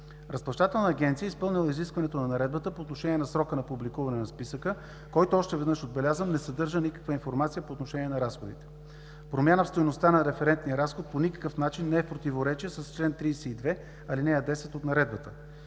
Разплащателната агенция е изпълнила изискването на Наредбата по отношение на срока на публикуване на списъка, който, още веднъж отбелязвам, не съдържа никаква информация по отношение на разходите. Промяна в стойността на референтния разход по никакъв начин не е в противоречие с чл. 32, ал. 10 от Наредбата.